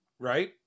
Right